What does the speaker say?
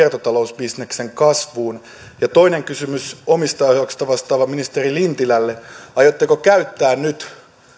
kiertotalousbisneksen kasvuun ja toinen kysymys omistajaohjauksesta vastaavalle ministeri lintilälle aiotteko käyttää nyt